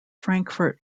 frankfort